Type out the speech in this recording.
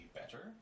better